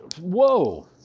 Whoa